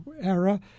era